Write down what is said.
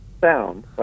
sound